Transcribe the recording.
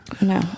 No